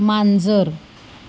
मांजर